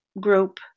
group